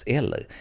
eller